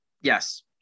yes